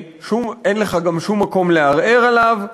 אין לך גם שום מקום לערער בו עליו,